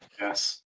Yes